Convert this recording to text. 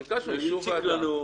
וזה הציק לנו,